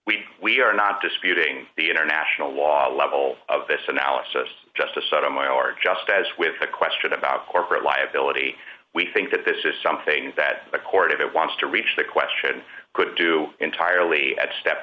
we we are not disputing the international law level of this analysis just a sort of my or just as with a question about corporate liability we think that this is something that the court if it wants to reach the question could do entirely at step